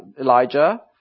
Elijah